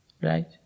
Right